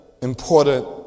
important